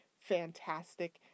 fantastic